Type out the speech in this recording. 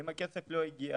אם הכסף לא הגיע